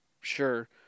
Sure